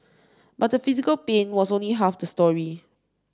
but the physical pain was only half the story